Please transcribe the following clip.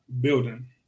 building